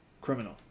Criminal